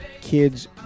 kids